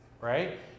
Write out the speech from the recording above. right